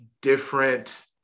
different